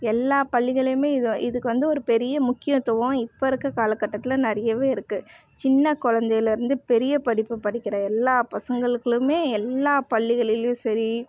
எல்லா பள்ளிகளுமே இதை இதுக்கு வந்து ஒரு பெரிய முக்கியத்துவம் இப்போ இருக்க காலக்கட்டத்தில் நிறையவே இருக்குது சின்ன கொழந்தையிலேர்ந்து பெரிய படிப்பு படிக்கிற எல்லா பசங்களுக்களுமே எல்லா பள்ளிகளிலேயும் சரி